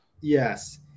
Yes